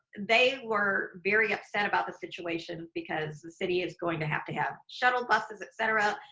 they were very upset about the situation because the city is going to have to have shuttle buses, et cetera.